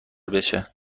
بشه